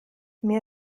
mir